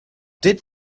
did